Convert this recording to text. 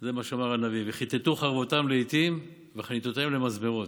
זה מה שאמר הנביא: "וכתתו חרבותם לאתים וחניתותיהם למזמרות".